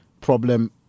problem